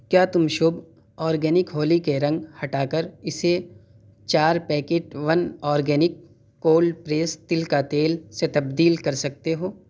کیا تم شبھ آرگینک ہولی کے رنگ ہٹا کر اسے چار packet one organic cold pressed تل کا تیل سے تبدیل کر سکتے ہو